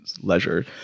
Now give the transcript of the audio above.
leisure